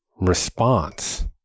response